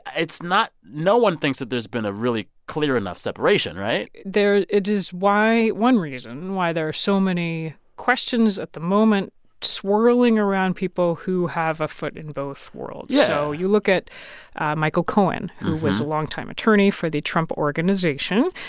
it's not no one thinks that there's been a really clear enough separation, right? there it is why, one reason why, there are so many questions at the moment swirling around people who have a foot in both worlds yeah so you look at michael cohen, who was a longtime attorney for the trump organization,